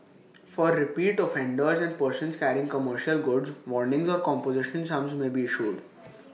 for repeat offenders and persons carrying commercial goods warnings or composition sums may be issued